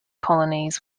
colonies